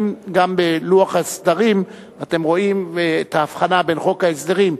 בעמוד 140. גם בלוח הסדרים אתם רואים את ההבחנה בין חוק ההסדרים,